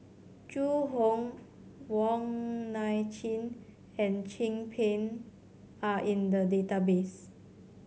Zhu Hong Wong Nai Chin and Chin Peng are in the database